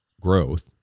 growth